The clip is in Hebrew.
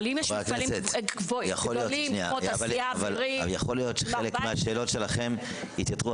יכול להיות שחלק מהשאלות שלכם יתייתרו